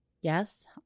Yes